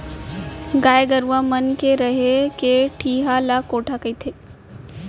गाय गरूवा मन के रहें के ठिहा ल कोठा कथें